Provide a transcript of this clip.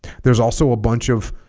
there's also a bunch of